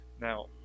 Now